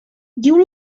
diu